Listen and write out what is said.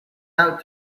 out